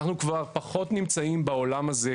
אנחנו כבר פחות נמצאים בעולם הזה,